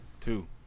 Two